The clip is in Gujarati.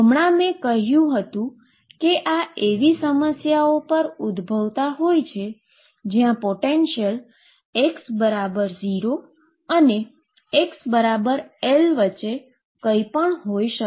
હમણાં મેં કહ્યું હતું કે આ એવી સમસ્યાઓ પર ઉદભવતા હોય જ્યાં પોટેંશીઅલ x0 અને xL વચ્ચે કંઈપણ હોઈ શકે